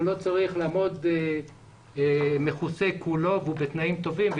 לא צריך לעמוד מכוסה כולו והוא בתנאים טובים,